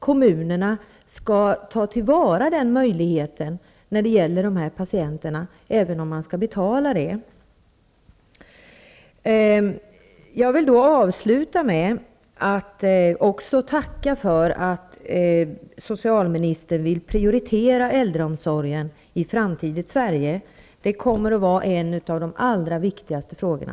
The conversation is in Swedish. Kommunerna skall ta till vara möjligheten till billigare vård för de patienterna. Jag vill tacka socialministern för att han vill prioritera äldreomsorgen i ett framtida Sverige. Den kommer att bli en av de allra viktigaste frågorna.